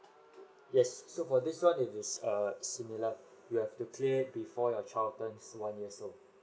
yes so for this one it is err similar you have to clear it before your child turns one year old